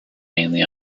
mainly